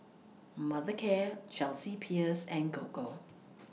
Mothercare Chelsea Peers and Gogo